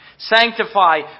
sanctify